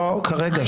לא כרגע.